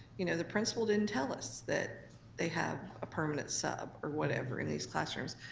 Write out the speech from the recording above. you know the principal didn't tell us that they have a permanent sub or whatever in these classrooms.